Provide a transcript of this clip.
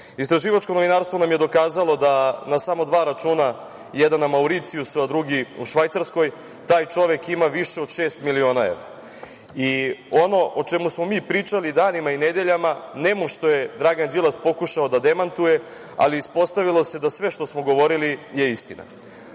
Istraživačko novinarstvo nam je dokazalo da na samo dva računa, jedan na Mauricijusu a drugi u Švajcarskoj, taj čovek ima više od šest miliona evra. Ono o čemu smo mi pričali danima i nedeljama nemušto je Dragan Đilas pokušao da demantuje, ali ispostavilo se da sve što smo govorili je istina. Ono